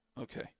okay